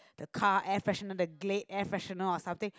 car air freshener the Glade air freshener or something